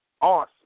awesome